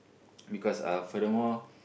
because uh furthermore